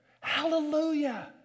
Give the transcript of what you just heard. Hallelujah